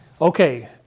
Okay